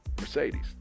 Mercedes